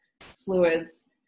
fluids